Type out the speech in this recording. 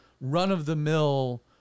run-of-the-mill